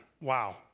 Wow